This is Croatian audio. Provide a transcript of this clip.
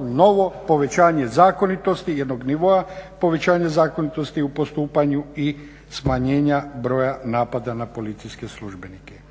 novo povećanje zakonitosti, jednog nivoa povećanja zakonitosti u postupanju i smanjenja broja napada na policijske službenike.